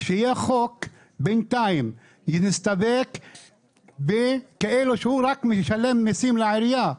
שיהיה חוק בינתיים כי נסתפק בזה שהוא רק משלם מיסים לעירייה,